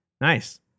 Nice